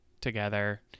together